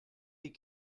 des